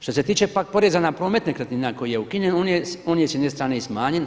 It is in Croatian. Što se tiče pak poreza na promet nekretnina koji je ukinjen on je s jedne strane i smanjen.